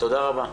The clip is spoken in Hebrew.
תודה רבה.